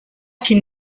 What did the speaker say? can